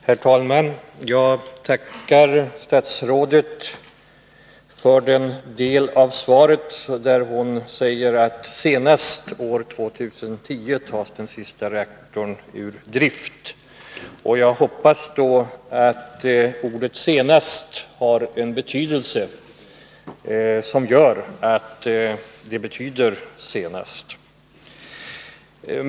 Herr talman! Jag tackar statsrådetet för den del av svaret där hon säger att senast år 2010 tas den sista reaktorn ur drift. Jag hoppas då att ordet senast verkligen också betyder senast.